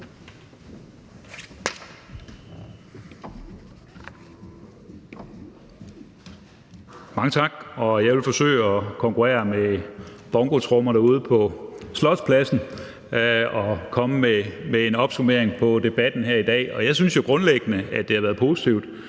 Mange tak. Jeg vil forsøge at konkurrere med bongotrommerne derude på Slotspladsen og komme med en opsummering på debatten her i dag. Jeg synes, at det grundlæggende har været positivt,